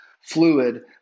fluid